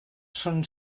són